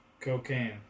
Cocaine